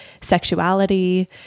sexuality